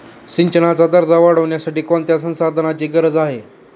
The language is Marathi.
सिंचनाचा दर्जा वाढविण्यासाठी कोणत्या संसाधनांची गरज आहे?